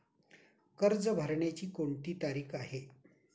कर्ज भरण्याची कोणती तारीख आहे?